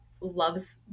loves